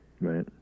Right